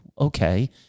okay